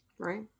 Right